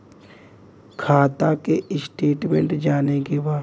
खाता के स्टेटमेंट जाने के बा?